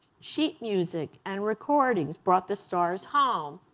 sheet music and recordings brought the stars home.